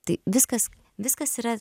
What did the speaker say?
tai viskas viskas yra